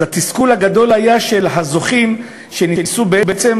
אז התסכול הגדול היה של הזוכים שניסו בעצם